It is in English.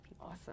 Awesome